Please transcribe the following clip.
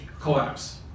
collapse